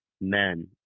men